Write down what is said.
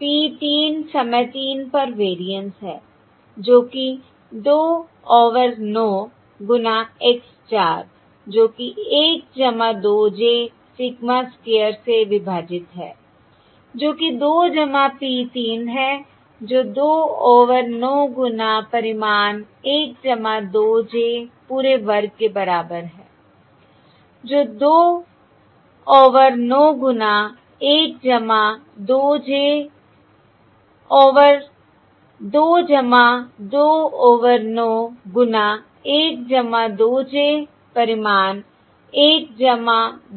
P 3 समय तीन पर वेरिएंस है जो कि 2 ओवर 9 गुणा x 4 जो कि 1 2 j सिग्मा स्क्वायर से विभाजित है जो कि 2 P 3 है जो 2 ओवर 9 गुणा परिमाण 1 2 j पूरे वर्ग के बराबर है जो 2 ओवर 9 गुणा 1 2 j ओवर 2 2 ओवर 9 गुणा 1 2j परिमाण 1